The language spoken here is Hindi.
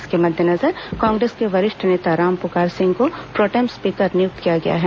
इसके मद्देनजर कांग्रेस के वरिष्ठ नेता रामपुकार सिंह को प्रोटेम स्पीकर नियुक्त किया गया है